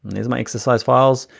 there's my exercise files.